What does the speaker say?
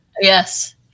Yes